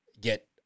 get